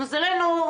מזלנו,